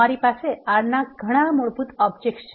અમારી પાસે R ના ઘણા મૂળભૂત ઓબાજેક્ટ છે